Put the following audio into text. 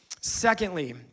Secondly